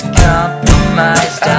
compromised